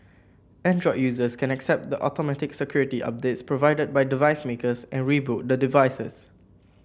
android users can accept the automatic security updates provided by device makers and reboot the devices